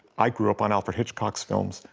i grew up on alfred hitchcock's films,